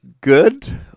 good